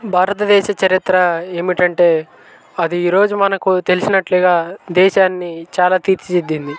భారతదేశ చరిత్ర ఏమిటంటే అది ఈరోజు మనకు తెలిసినట్లుగా దేశాన్ని చాలా తీర్చిదిద్దింది